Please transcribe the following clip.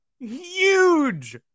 huge